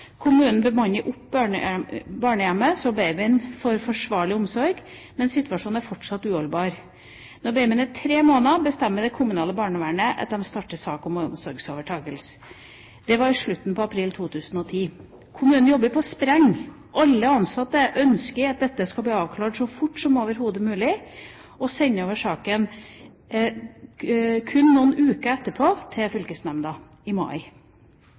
kommunen bemanner opp barnehjemmet, slik at babyen får forsvarlig omsorg, men situasjonen er fortsatt uholdbar. Når babyen er tre måneder, bestemmer det kommunale barnevernet at de starter sak om omsorgsovertakelse. Det var i slutten av april 2010. Kommunen jobber på spreng. Alle ansatte ønsker at dette skal bli avklart så fort som overhodet mulig, og sender over saken til fylkesnemnda kun noen uker etterpå, i mai. I